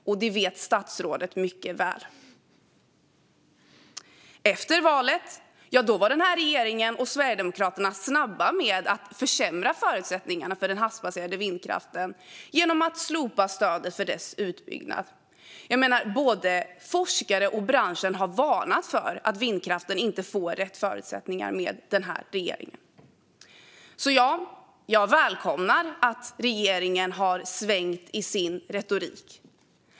Och det vet statsrådet mycket väl. Efter valet var denna regering och Sverigedemokraterna snabba med att försämra förutsättningarna för den havsbaserade vindkraften genom att slopa stödet för dess utbyggnad. Både forskare och branschen har varnat för att vindkraften inte får rätt förutsättningar med denna regering. Jag välkomnar därför att regeringen har svängt i sin retorik.